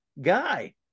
guy